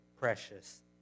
precious